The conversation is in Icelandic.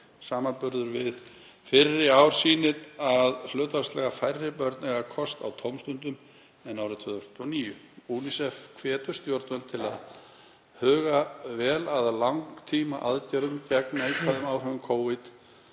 Samanburður við fyrri ár sýnir að hlutfallslega færri börn eiga kost á tómstundum en árið 2009. UNICEF hvetur stjórnvöld til að huga vel að langtímaaðgerðum gegn neikvæðum áhrifum COVID-19